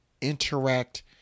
interact